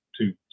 two